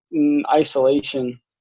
isolation